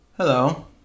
Hello